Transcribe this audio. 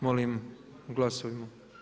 Molim glasujmo.